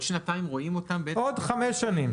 עוד שנתיים רואים אותם --- עוד חמש שנים.